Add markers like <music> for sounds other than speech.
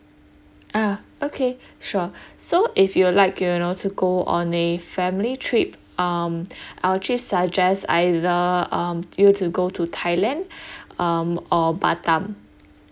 ah okay sure so if you'd like you know to go on a family trip um I'll actually suggest either um you to go to thailand <breath> um or batam